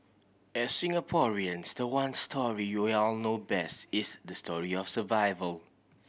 as Singaporeans the one story know best is the story of survival